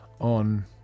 on